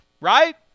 right